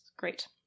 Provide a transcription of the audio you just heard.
Great